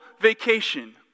vacation